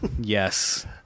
Yes